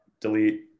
delete